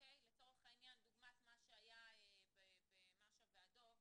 כדוגמת מה שהיה ב "מאשה והדב",